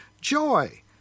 joy